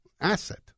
asset